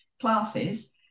classes